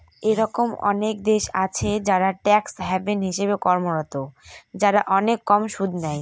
এরকম অনেক দেশ আছে যারা ট্যাক্স হ্যাভেন হিসেবে কর্মরত, যারা অনেক কম সুদ নেয়